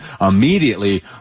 immediately